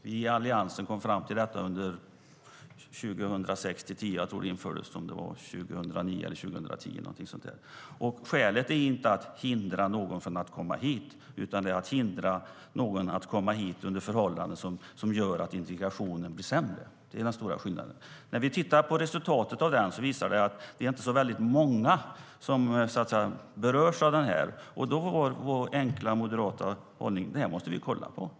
Vi i Alliansen kom fram till detta mellan 2006 och 2010. Jag tror att det infördes 2009 eller 2010. Skälet är inte att vi vill hindra någon från att komma hit, utan det handlar om att hindra någon från att komma hit under förhållanden som gör att integrationen blir sämre. Det är den stora skillnaden. Resultatet av detta visar att det inte är särskilt många som berörs. Därför var vår enkla moderata hållning att vi måste kolla på detta.